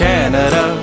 Canada